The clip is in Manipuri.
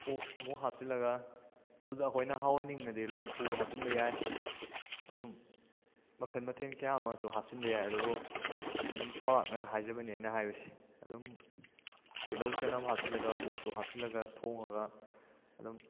ꯑꯣꯛ ꯑꯃꯨꯛ ꯍꯥꯞꯆꯤꯜꯂꯒ ꯑꯗꯨꯗ ꯑꯩꯈꯣꯏꯅ ꯍꯥꯎꯍꯟꯅꯤꯡꯉꯗꯤ ꯂꯐꯨ ꯍꯥꯞꯆꯤꯟꯕ ꯌꯥꯏ ꯑꯗꯨꯝ ꯃꯈꯟ ꯃꯊꯦꯟ ꯀꯌꯥꯃꯁꯨ ꯍꯥꯞꯆꯟꯕ ꯌꯥꯏ ꯑꯗꯨꯕꯨ ꯑꯗꯨꯝ ꯆꯥꯎꯔꯥꯛꯅ ꯍꯥꯏꯖꯕꯅꯤ ꯑꯩꯅ ꯍꯥꯏꯕꯁꯤ ꯑꯗꯨꯝ ꯇꯤꯜꯂꯧ ꯆꯅꯝ ꯍꯥꯞꯆꯤꯜꯂꯒ ꯑꯣꯛꯇꯣ ꯍꯥꯞꯆꯤꯜꯂꯒ ꯊꯣꯡꯉꯒ ꯑꯗꯨꯝ